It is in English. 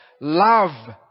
love